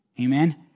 Amen